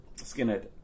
skinhead